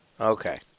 Okay